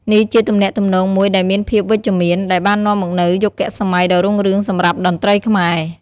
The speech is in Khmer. នេះជាទំនាក់ទំនងមួយដែលមានភាពវិជ្ជមាន ដែលបាននាំមកនូវយុគសម័យដ៏រុងរឿងសម្រាប់តន្ត្រីខ្មែរ។